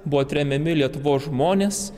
buvo tremiami lietuvos žmonės